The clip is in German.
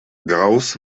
graus